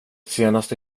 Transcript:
senaste